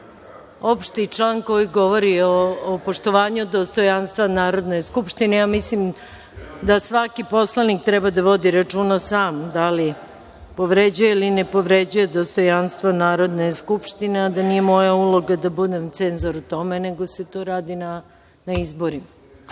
opšti član koji govori o poštovanju dostojanstva Narodne skupštine. Mislim da svaki poslanik treba da vodi računa sam da li povređuje ili ne povređuje dostojanstvo Narodne skupštine, a da nije moja uloga da budem cenzor u tome, nego se to radi na izborima,